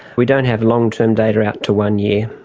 we don't have long-term data out to one year.